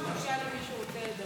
היושב-ראש, תשאל אם מישהו רוצה לדבר.